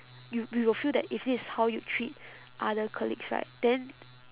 you you will feel that if this is how you treat other colleagues right then